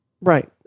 Right